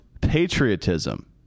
patriotism